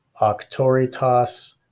Octoritas